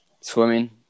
swimming